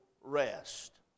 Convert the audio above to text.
rest